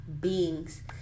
beings